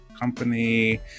company